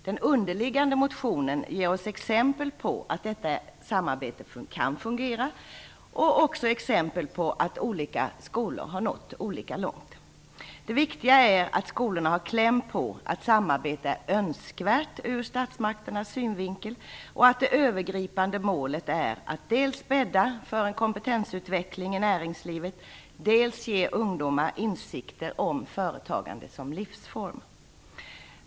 Den underliggande motionen ger oss exempel på att detta samarbete kan fungera och att olika skolor har nått olika långt. Det viktiga är att skolorna har kläm på att samarbete är önskvärt ur statsmakternas synvinkel och att det övergripande målet är att dels bädda för en kompetensutveckling i näringslivet, dels ge ungdomar insikter om företagande som livsform.